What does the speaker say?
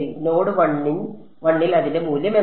node 1 ൽ അതിന്റെ മൂല്യം എന്താണ്